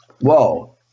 whoa